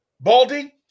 Baldy